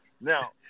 Now